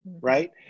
Right